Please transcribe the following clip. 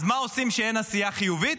אז מה עושים כשאין עשייה חיובית?